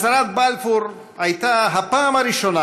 הצהרת בלפור הייתה הפעם הראשונה